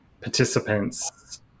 participants